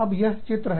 अब यह चित्र है